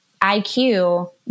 IQ